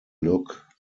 look